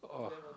oh